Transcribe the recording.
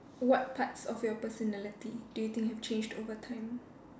what parts of your personality do you think have changed over time